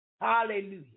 Hallelujah